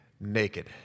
naked